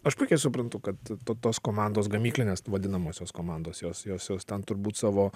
aš puikiai suprantu kad to tos komandos gamyklinės vadinamosios komandos jos jos jos ten turbūt savo